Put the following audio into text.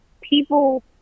people